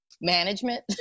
management